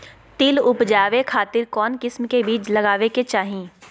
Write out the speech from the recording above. तिल उबजाबे खातिर कौन किस्म के बीज लगावे के चाही?